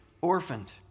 orphaned